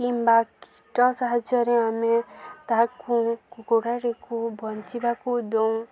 କିମ୍ବା କୀଟ ସାହାଯ୍ୟରେ ଆମେ ତାହାକୁ କୁକୁଡ଼ାଟିକୁ ବଞ୍ଚିବାକୁ ଦଉଁ